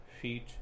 feet